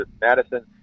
Madison